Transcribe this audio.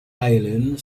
island